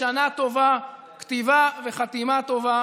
שנה טובה, כתיבה וחתימה טובה